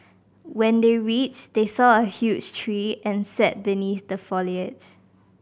when they reached they saw a huge tree and sat beneath the foliage